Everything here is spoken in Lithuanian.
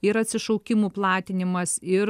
ir atsišaukimų platinimas ir